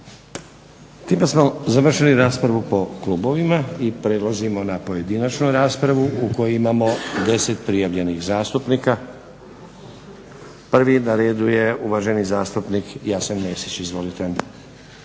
Time smo završili raspravu po klubovima i prelazimo na pojedinačnu raspravu u kojoj imamo 10 prijavljenih zastupnika. Prvi na redu je uvaženi zastupnik Jasen Mesić. Izvolite.